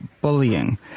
bullying